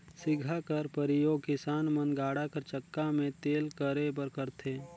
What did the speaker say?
सिगहा कर परियोग किसान मन गाड़ा कर चक्का मे तेल करे बर करथे